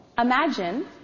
Imagine